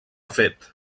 fet